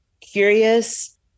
curious